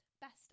Best